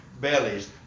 bellies